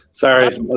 Sorry